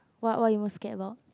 what what you most scared a lot